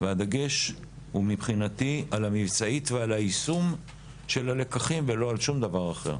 והדגש הוא מבחינתי על המבצעית ועל היישום של הלקחים ולא על שום דבר אחר.